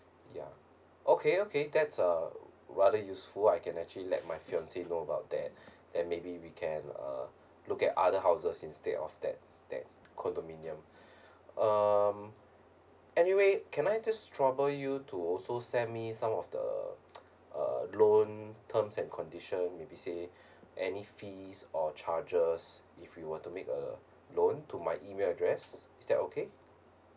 ya okay okay that's a rather useful I can actually let my fiance know about that then maybe we can uh look at other houses instead of that that condominium um anyway can I just trouble you to also send me some of the uh loan terms and condition maybe say any fees or charges if we were to make a loan to my email address is that okay